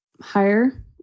higher